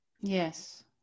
Yes